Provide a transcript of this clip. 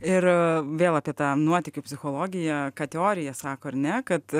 ir vėl apie tą nuotykių psichologiją kad teorija sako ar ne kad